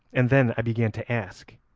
and then i began to ask,